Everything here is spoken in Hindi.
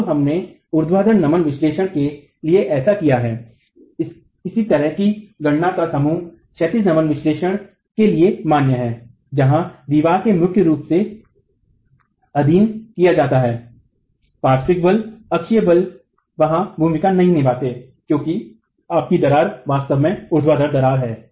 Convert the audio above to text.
अब हमने ऊर्ध्वाधर नमन विश्लेषण के लिए ऐसा किया इसी तरह की गणना का समूह क्षैतिज नमन विश्लेषण के लिए मान्य है जहां दीवार को मुख्य रूप से अधीन किया जाता है पार्श्विक बल अक्षीय प्रतिबल वहां भूमिका नहीं निभाते हैं क्योंकि आपकी दरार वास्तव में ऊर्ध्वाधर दरार है